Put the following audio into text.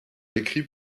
écrit